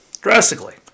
Drastically